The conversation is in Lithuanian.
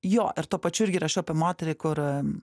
jo ir tuo pačiu irgi rašiau apie moterį kur